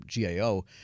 GAO